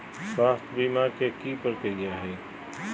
स्वास्थ बीमा के की प्रक्रिया है?